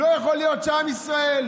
לא יכול להיות שעם ישראל,